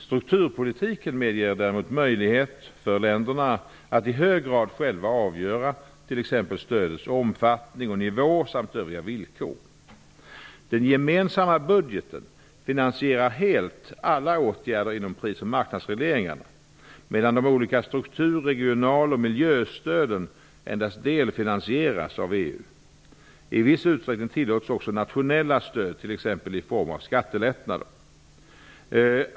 Strukturpolitiken medger däremot möjlighet för länderna att i hög grad själva avgöra t.ex. stödens omfattning och nivå samt övriga villkor. Den gemensamma budgeten finansierar helt alla åtgärder inom pris och marknadsregleringarna, medan de olika struktur-, regional och miljöstöden endast delfinansieras av EU. I viss utsträckning tillåts också nationella stöd, t.ex. i form av skattelättnader.